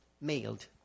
mailed